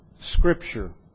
Scripture